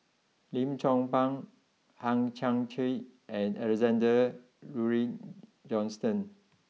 Lim Chong Pang Hang Chang Chieh and Alexander Laurie Johnston